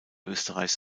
österreichs